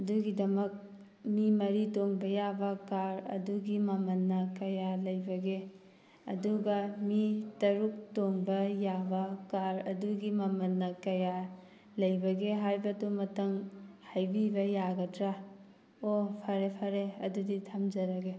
ꯑꯗꯨꯒꯤꯃꯛ ꯃꯤ ꯃꯔꯤ ꯇꯣꯡꯕ ꯌꯥꯕ ꯀꯥꯔ ꯑꯗꯨꯒꯤ ꯃꯃꯜꯅ ꯀꯌꯥ ꯂꯩꯕꯒꯦ ꯑꯗꯨꯒ ꯃꯤ ꯇꯔꯨꯛ ꯇꯣꯡꯕ ꯌꯥꯕ ꯀꯥꯔ ꯑꯗꯨꯒꯤ ꯃꯃꯜꯅ ꯀꯌꯥ ꯂꯩꯕꯒꯦ ꯍꯥꯏꯕꯗꯨꯃꯇꯪ ꯍꯥꯏꯕꯤꯕ ꯌꯥꯒꯗ꯭ꯔꯥ ꯑꯣ ꯐꯔꯦ ꯐꯔꯦ ꯑꯗꯨꯗꯤ ꯊꯝꯖꯔꯒꯦ